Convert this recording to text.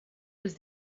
els